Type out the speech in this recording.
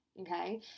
okay